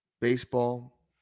baseball